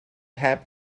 heb